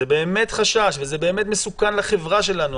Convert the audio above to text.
זה באמת חשש וזה באמת מסוכן לחברה שלנו,